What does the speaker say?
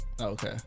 Okay